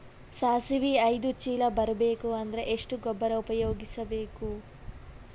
ಸಾಸಿವಿ ಐದು ಚೀಲ ಬರುಬೇಕ ಅಂದ್ರ ಎಷ್ಟ ಗೊಬ್ಬರ ಉಪಯೋಗಿಸಿ ಬೇಕು?